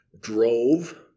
drove